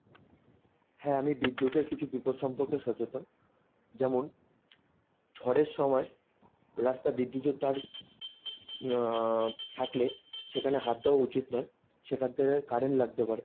হ্যাঁ আমি বিদ্যুতের কিছু বিপদ সম্পর্কে সচেতন যেমন ঝড়ের সময় রাস্তা বিদ্যুতের তার থাকলে সেখানে হাত দেওয়া উচিৎ নয় সেখান থেকে কারেন্ট লাগতে পারে